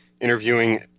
interviewing